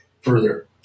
further